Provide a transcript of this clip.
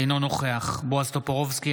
אינו נוכח בועז טופורובסקי,